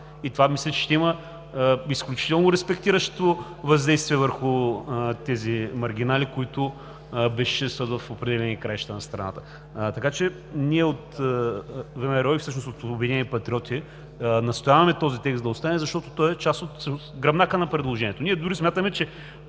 И това мисля, че ще има изключително респектиращо въздействие върху тази маргинали, които безчинстват в определени краища на страната. Така че ние от ВМРО и всъщност от „Обединени патриоти“ настояваме този текст да остане, защото той е част от гръбнака на предложението.